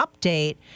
update